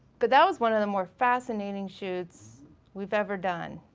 but that was one of the more fascinating shoots we've ever done,